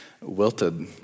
wilted